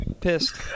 pissed